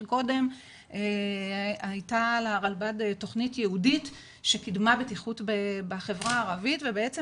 קודם הייתה לרלב"ד תכנית ייעודית שקידמה בטיחות בחברה הערבית ובעצם